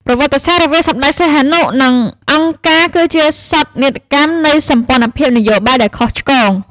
ប្រវត្តិសាស្ត្ររវាងសម្តេចសីហនុ និងអង្គការ គឺជាសោកនាដកម្មនៃសម្ព័ន្ធភាពនយោបាយដែលខុសឆ្គង។